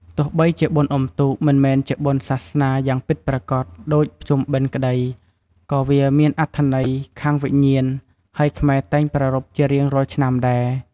ទោះបីជាបុណ្យអុំទូក មិនមែនជាបុណ្យសាសនាយ៉ាងពិតប្រាកដដូចភ្ជុំបិណ្ឌក្ដី ក៏វាមានអត្ថន័យខាងវិញ្ញាណ ហើយខ្មែរតែងប្រារព្ធជារៀងរាល់ឆ្នាំដែរ ។